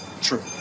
true